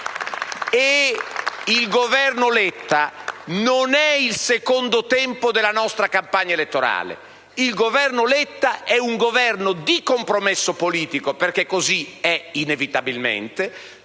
Il Governo Letta non è il secondo tempo della nostra campagna elettorale: è un Governo di compromesso politico, perché così è inevitabilmente.